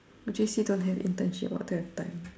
would you say don't have internship all that type